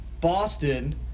Boston